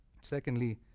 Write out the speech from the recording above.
secondly